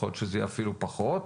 ייתכן שיהיה אפילו פחות.